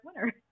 winner